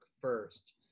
first